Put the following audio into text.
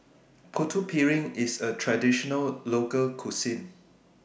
Putu Piring IS A Traditional Local Cuisine